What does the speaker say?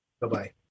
Bye-bye